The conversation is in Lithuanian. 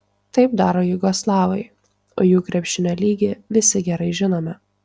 taip daro jugoslavai o jų krepšinio lygį visi gerai žinome